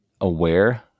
aware